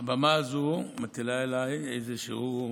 הבמה הזאת מטילה עליי איזשהו,